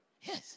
Yes